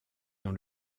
dans